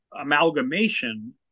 amalgamation